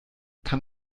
kann